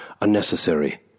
Unnecessary